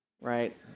right